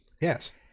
Yes